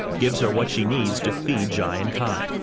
gives her what she needs to feed jai and kai.